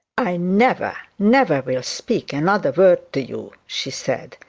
i never, never, will speak another word to you she said,